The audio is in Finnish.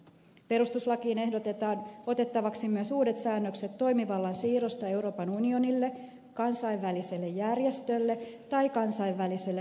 perustuslakiin ehdotetaan otettavaksi myös uudet säännökset toimivallan siirrosta euroopan unionille kansainväliselle järjestölle tai kansainväliselle toimielimelle